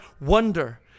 Wonder